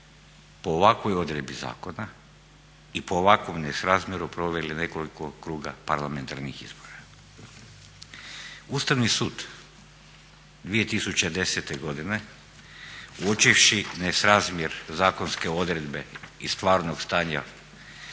po ovakvoj odredbi zakona i po ovakvom nesrazmjeru proveli nekoliko kruga parlamentarnih izbora. Ustavni sud 2010. godine uočivši nesrazmjer zakonske odredbe i stvarnog stanja